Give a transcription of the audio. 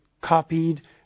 copied